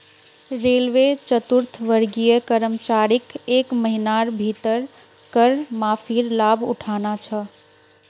railway चतुर्थवर्गीय कर्मचारीक एक महिनार भीतर कर माफीर लाभ उठाना छ